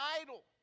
idol